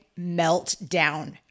meltdown